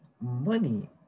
money